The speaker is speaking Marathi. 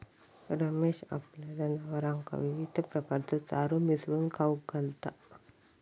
रमेश आपल्या जनावरांका विविध प्रकारचो चारो मिसळून खाऊक घालता